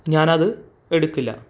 ഞാനത് എടുക്കില്ല